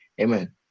amen